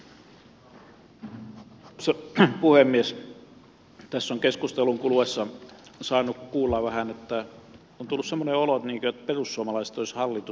tässä on keskustelun kuluessa saanut kuulla vähän sellaista että on tullut semmoinen olo kuin perussuomalaiset olisivat hallitusvastuussa